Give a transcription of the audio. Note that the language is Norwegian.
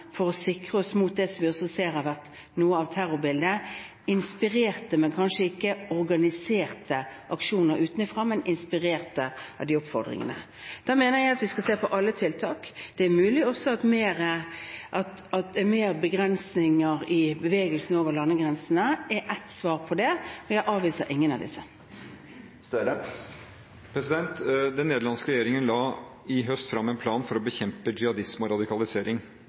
for å sikre oss mot det som vi også ser at har vært noe av terrorbildet: aksjoner som kanskje ikke er organisert utenfra, men inspirert av de oppfordringene. Da mener jeg at vi skal se på alle tiltak. Det er mulig at også mer begrensninger i bevegelsene over landegrensene er ett svar på det, og jeg avviser ingen av dem. Den nederlandske regjeringen la i høst fram en plan for å bekjempe jihadisme og radikalisering,